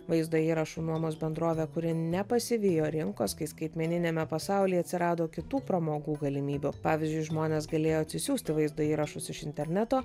vaizdo įrašų nuomos bendrovė kuri nepasivijo rinkos kai skaitmeniniame pasaulyje atsirado kitų pramogų galimybių pavyzdžiui žmonės galėjo atsisiųsti vaizdo įrašus iš interneto